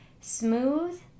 smooth